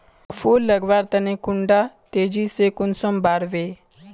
फुल लगवार तने कुंडा तेजी से कुंसम बार वे?